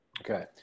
Okay